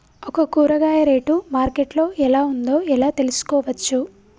ఒక కూరగాయ rate market లో ఎలా ఉందో ఎలా తెలుసుకోవచ్చు?